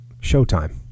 showtime